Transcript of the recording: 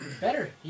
Better